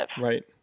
Right